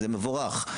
זה מבורך,